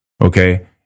okay